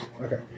Okay